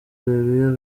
areruya